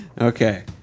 Okay